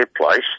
place